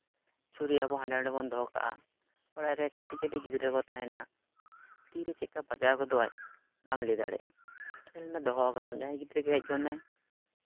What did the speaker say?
ᱪᱷᱩᱨᱤ ᱟᱵᱚ ᱦᱟᱸᱰᱮ ᱱᱟᱸᱰᱮ ᱵᱚᱱ ᱫᱚᱦᱚ ᱠᱟᱜᱼᱟ ᱚᱲᱟᱜ ᱨᱮ ᱠᱟᱹᱴᱤᱡ ᱠᱟᱹᱴᱤᱡ ᱜᱤᱫᱽᱨᱟᱹ ᱠᱚ ᱛᱟᱦᱮᱱᱟ ᱛᱤ ᱨᱮ ᱪᱮᱫᱠᱟ ᱵᱟᱡᱟᱣ ᱜᱚᱫᱚᱜᱼᱟᱭ ᱵᱟᱢ ᱞᱟᱹᱭ ᱫᱟᱲᱮᱭᱟᱜᱼᱟ ᱧᱮᱞ ᱢᱮ ᱫᱚᱦᱚ ᱟᱠᱟᱫᱟᱢ ᱡᱟᱦᱟᱸᱭ ᱜᱤᱫᱽᱨᱟᱹ ᱜᱮ ᱦᱮᱡ ᱜᱚᱫᱽᱱᱟᱭ